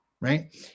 right